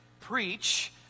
preach